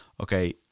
Okay